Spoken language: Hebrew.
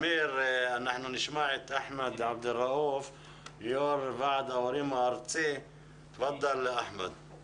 והוא יציג את הוועד הארצי בכל הקשור לעניין הזה.